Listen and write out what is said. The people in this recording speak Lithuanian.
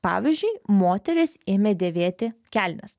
pavyzdžiui moterys ėmė dėvėti kelnes